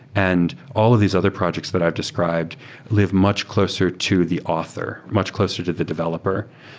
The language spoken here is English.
and all of these other projects that i've described live much closer to the author, much closer to the developer.